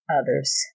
others